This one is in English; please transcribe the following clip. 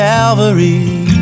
Calvary